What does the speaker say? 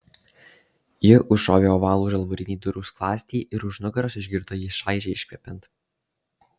ji užšovė ovalų žalvarinį durų skląstį ir už nugaros išgirdo jį šaižiai iškvepiant